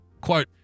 Quote